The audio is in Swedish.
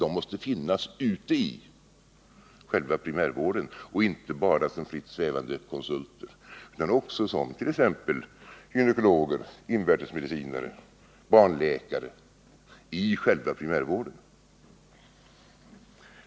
Den måste finnas ute i själva primärvården, inte bara som fritt svävande konsulter, utan också som t.ex. gynekologer, invärtesmedicinare och barnläkare — i själva primärvården.